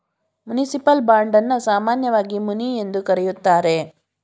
municipal bond ಅನ್ನ ಸಾಮಾನ್ಯವಾಗಿ muni ಎಂದು ಕರೆಯುತ್ತಾರೆ